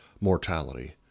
mortality